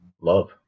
love